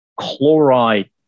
chloride